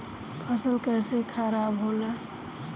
फसल कैसे खाराब होला?